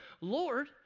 Lord